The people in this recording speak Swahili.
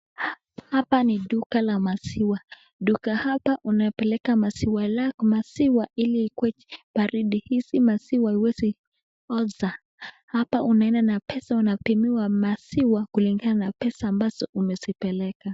Hapa ni duka la maziwa. Duka hapa unapeleka maziwa lako maziwa ili iwe baridi. Hizi maziwa haiwezi oza. Hapa unaenda na pesa unapimiwa maziwa kulingana na pesa ambazo umezipeleka.